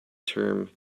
term